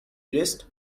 dressed